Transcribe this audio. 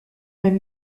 même